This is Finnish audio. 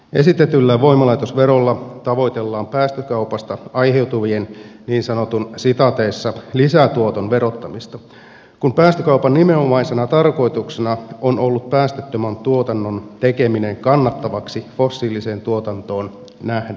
esitetyllä voimalaitosverolla tavoitellaan päästökaupasta aiheutuvan niin sanotun lisätuoton verottamista kun päästökaupan nimenomaisena tarkoituksena on ollut päästöttömän tuotannon tekeminen kannattavaksi fossiiliseen tuotantoon nähden